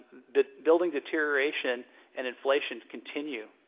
but building deterioration and inflation continue